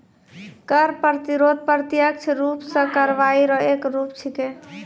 कर प्रतिरोध प्रत्यक्ष रूप सं कार्रवाई रो एक रूप छिकै